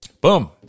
Boom